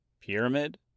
Pyramid